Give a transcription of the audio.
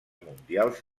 mundials